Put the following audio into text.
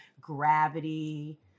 gravity